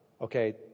Okay